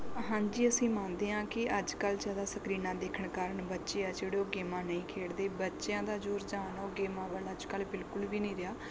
ਹਾਂਜੀ ਅਸੀਂ ਮੰਨਦੇ ਹਾਂ ਕਿ ਅੱਜ ਕੱਲ੍ਹ ਜ਼ਿਆਦਾ ਸਕਰੀਨਾਂ ਦੇਖਣ ਕਾਰਨ ਬੱਚੇ ਆ ਜਿਹੜੇ ਉਹ ਗੇਮਾਂ ਨਹੀਂ ਖੇਡਦੇ ਬੱਚਿਆਂ ਦਾ ਜੋ ਰੁਝਾਨ ਆ ਉਹ ਗੇਮਾਂ ਵੱਲ ਅੱਜ ਕੱਲ੍ਹ ਬਿਲਕੁਲ ਵੀ ਨਹੀਂ ਰਿਹਾ